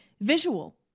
Visual